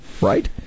Right